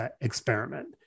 experiment